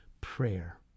prayer